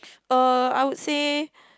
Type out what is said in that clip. uh I would say